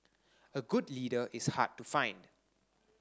a good leader is hard to find